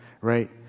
right